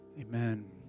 Amen